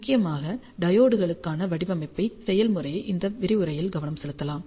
முக்கியமாக டையோட்களுக்கான வடிவமைப்பு செயல்முறையை இந்த விரிவுரையில் கவனம் செலுத்தலாம்